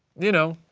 you know,